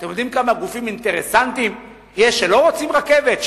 אתם יודעים כמה גופים אינטרסנטיים יש שלא רוצים רכבת,